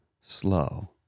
slow